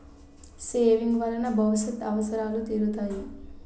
saving వలన భవిష్యత్ అవసరాలు తీరుతాయి